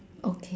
okay